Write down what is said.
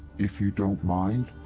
if you don't mind,